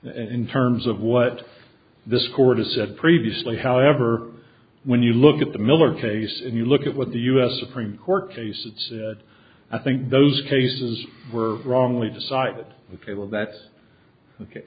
in terms of what this court has said previously however when you look at the miller case and you look at what the u s supreme court case it's i think those cases were wrongly decided ok well that's ok